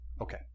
Okay